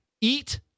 eat